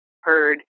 heard